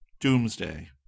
doomsday